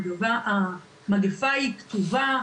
המגפה היא כתובה,